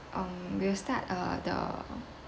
um will start uh the